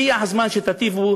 הגיע הזמן שתיטיבו,